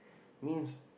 means